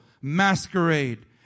masquerade